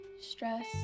stress